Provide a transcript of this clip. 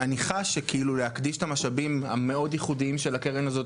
אני חש שלהקדיש את המשאבים המאוד ייחודיים של הקרן הזאת,